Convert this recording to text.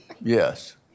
yes